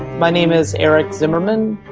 my name is eric zimmerman,